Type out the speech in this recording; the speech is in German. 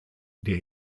der